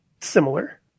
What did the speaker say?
similar